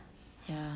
ya